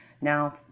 now